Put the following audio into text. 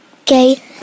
Okay